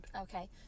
Okay